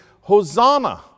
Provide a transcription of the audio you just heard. Hosanna